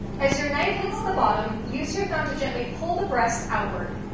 as your knife hits the bottom, use your thumb to gently pull the breast outward.